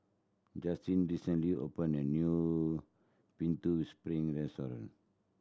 Justina recently opened a new Putu Piring restaurant